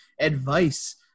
advice